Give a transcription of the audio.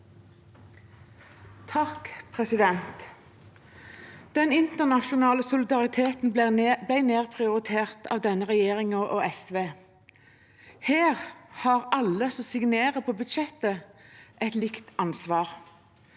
(KrF) Den inter- nasjonale solidariteten ble nedprioritert av denne regjeringen og SV. Her har alle som signerer på budsjettet, et likt ansvar.